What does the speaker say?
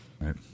right